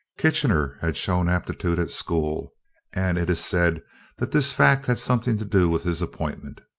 kitchener had shown aptitude at school and it is said that this fact had something to do with his appointment.